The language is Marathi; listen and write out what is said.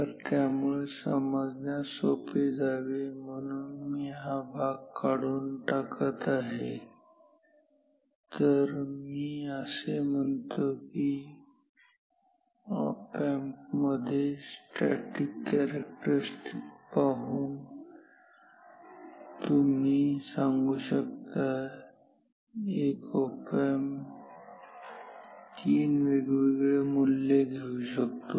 तर त्यामुळे समजण्यास सोपे जावे म्हणून मी हा भाग काढून टाकत आहे तर मी असे म्हणतो की हा ऑप एम्प मध्ये स्टॅटिक कॅरेक्टरीस्टिक्स पाहून तुम्ही सांगू शकता एक ऑप एम्प तीन वेगवेगळे मूल्य घेऊ शकतो